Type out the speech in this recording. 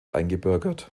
eingebürgert